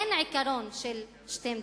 אין עיקרון של שתי מדינות.